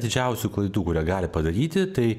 didžiausių klaidų kurią gali padaryti tai